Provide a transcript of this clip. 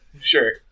sure